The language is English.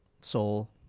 soul